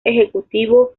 ejecutivo